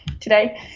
today